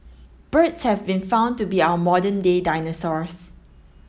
birds have been found to be our modern day dinosaurs